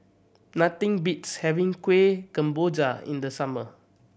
nothing beats having Kuih Kemboja in the summer